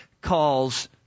calls